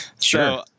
Sure